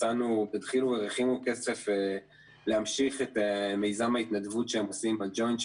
מצאנו בדחילו ורחימו כסף להמשיך את מיזם ההתנדבות שהם עושים עם הג'וינט,